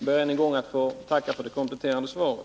Jag ber än en gång att få tacka för det kompletterande svaret.